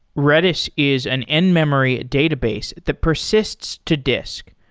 redis is an in-memory database that persists to disk.